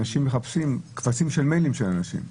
אנשים מחפשים קבצים של מיילים של אנשים.